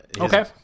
Okay